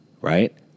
right